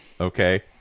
okay